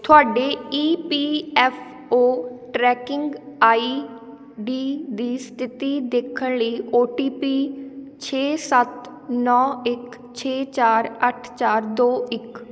ਤੁਹਾਡੇ E P F O tracking I D ਦੀ ਸਥਿੱਤੀ ਦੇਖਣ ਲਈ ਓ ਟੀ ਪੀ ਛੇ ਸੱਤ ਨੌ ਇੱਕ ਛੇ ਚਾਰ ਅੱਠ ਚਾਰ ਦੋ ਇੱਕ